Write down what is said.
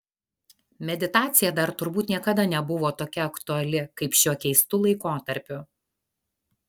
meditacija dar turbūt niekada nebuvo tokia aktuali kaip šiuo keistu laikotarpiu